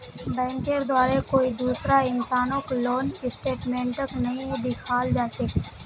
बैंकेर द्वारे कोई दूसरा इंसानक लोन स्टेटमेन्टक नइ दिखाल जा छेक